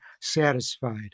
satisfied